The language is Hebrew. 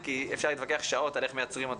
עלייה כי אפשר להתווכח שעות על איך מייצרים אותה.